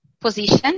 position